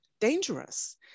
dangerous